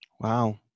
Wow